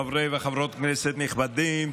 חברי וחברות כנסת נכבדים,